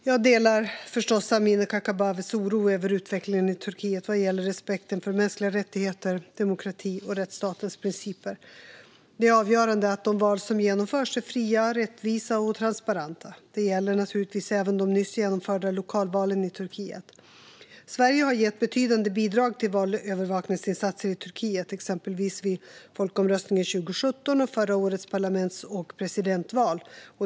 Jag delar förstås Amineh Kakabavehs oro över utvecklingen i Turkiet vad gäller respekten för mänskliga rättigheter, demokrati och rättsstatens principer. Det är avgörande att de val som genomförs är fria, rättvisa och transparenta. Det gäller naturligtvis även de nyss genomförda lokalvalen i Turkiet. Sverige har gett betydande bidrag till valövervakningsinsatser i Turkiet, exempelvis vid folkomröstningen 2017 och förra årets parlaments och presidentval.